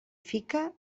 fica